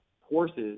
horses